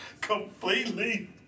Completely